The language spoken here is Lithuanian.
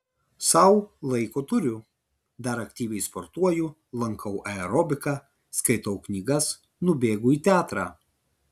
sau laiko turiu dar aktyviai sportuoju lankau aerobiką skaitau knygas nubėgu į teatrą